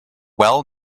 well